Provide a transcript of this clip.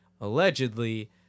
allegedly